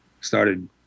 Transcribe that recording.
started